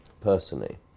personally